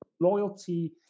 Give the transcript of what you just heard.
Loyalty